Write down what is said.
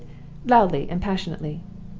loudly and passionately.